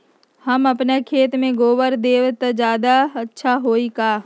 हम अपना खेत में गोबर देब त ज्यादा अच्छा होई का?